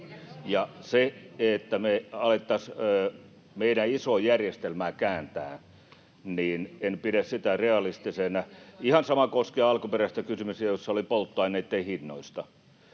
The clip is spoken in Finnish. sitä, että me alettaisiin meidän isoa järjestelmää kääntää, en pidä realistisena. Ihan sama koskee alkuperäistä kysymystä, jossa oli polttoaineitten hinnoista.